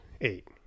eight